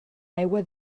aigua